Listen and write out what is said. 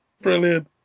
Brilliant